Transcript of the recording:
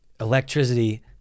electricity